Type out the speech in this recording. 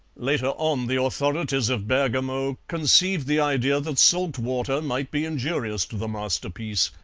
later on the authorities of bergamo conceived the idea that salt water might be injurious to the masterpiece,